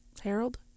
Harold